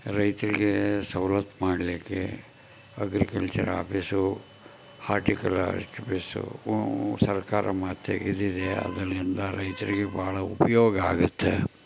ರೈತರಿಗೆ ಸವ್ಲತ್ತು ಮಾಡಲಿಕ್ಕೆ ಅಗ್ರಿಕಲ್ಚರ್ ಆಪೀಸು ಆರ್ಟಿಕಲ್ ಆಫೀಸು ಉ ಉ ಸರ್ಕಾರ ಮಾ ತೆಗೆದಿದೆ ಅದರಿಂದ ರೈತರಿಗೆ ಬಹಳ ಉಪಯೋಗ ಆಗುತ್ತೆ